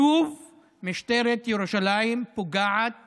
שוב משטרת ירושלים פוגעת